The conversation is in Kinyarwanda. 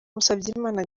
musabyimana